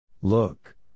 Look